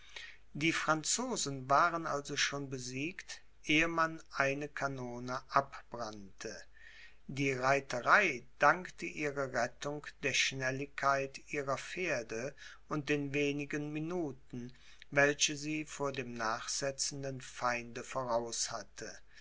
die franzosen waren also schon besiegt ehe man eine kanone abbrannte die reiterei dankte ihre rettung der schnelligkeit ihrer pferde und den wenigen minuten welche sie vor dem nachsetzenden feinde voraus hatte